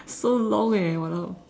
so long eh !walao!